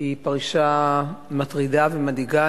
היא פרשה מטרידה ומדאיגה.